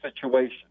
situation